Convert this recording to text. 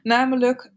Namelijk